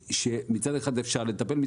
שמצד אחד אפשר לטפל בה,